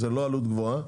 זה לא עלות גבוהה,